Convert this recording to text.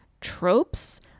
tropes